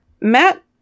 Matt